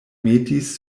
metis